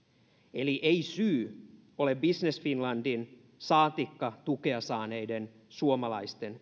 eli ei syy ole business finlandin saatikka tukea saaneiden suomalaisten